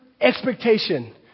expectation